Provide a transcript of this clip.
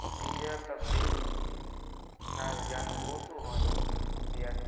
বিয়াত আপুনি নাচ গান বহুতো হয় বিয়াত